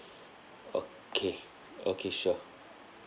okay okay sure